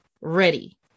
ready